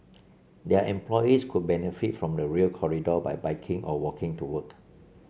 their employees could benefit from the Rail Corridor by biking or walking to work